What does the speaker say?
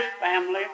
family